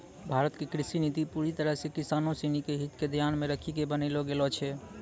भारत के कृषि नीति पूरी तरह सॅ किसानों सिनि के हित क ध्यान मॅ रखी क बनैलो गेलो छै